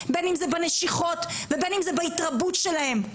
בין אם זה בנשיכות ובין אם זה בהתרבות שלהם.